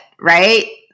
Right